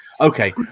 Okay